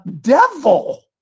devil